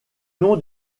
nom